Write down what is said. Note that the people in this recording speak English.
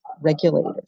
regulators